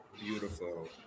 Beautiful